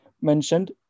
mentioned